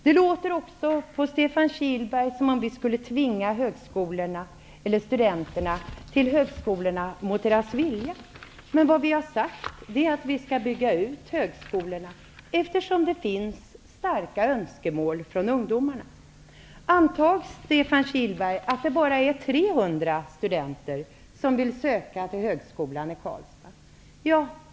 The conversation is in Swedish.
Det låter också på Stefan Kihlberg som om vi socialdemokrater vill tvinga studenterna till högskolorna mot deras vilja. Det vi har sagt är att vi skall bygga ut högskolorna eftersom det finns starka önskemål från ungdomarna. Antag, Stefan Kihlberg, att det bara är 300 studenter som vill söka till högskolan i Karlstad.